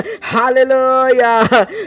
hallelujah